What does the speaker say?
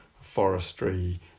forestry